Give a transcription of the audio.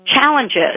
Challenges